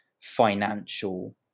financial